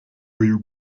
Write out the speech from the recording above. uyu